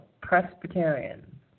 Presbyterian